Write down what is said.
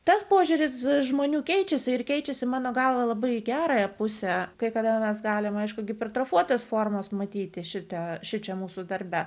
tas požiūris žmonių keičiasi ir keičiasi mano galva labai į gerąją pusę kai kada mes galime aišku hipertrofuotas formas matyti šito šičia mūsų darbe